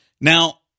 Now